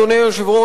אדוני היושב-ראש,